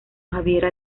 javiera